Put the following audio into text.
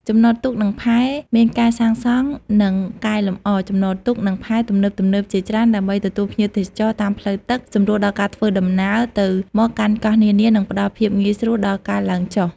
ចំណតទូក និងផែ មានការសាងសង់ និងកែលម្អ ចំណតទូក និងផែ ទំនើបៗជាច្រើន ដើម្បី ទទួលភ្ញៀវទេសចរតាមផ្លូវទឹក សម្រួលដល់ការធ្វើដំណើរទៅមកកាន់កោះនានា និងផ្តល់ភាពងាយស្រួលដល់ការឡើងចុះ។